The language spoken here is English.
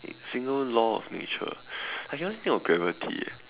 single law of nature I can only think of gravity eh